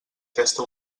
aquesta